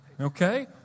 Okay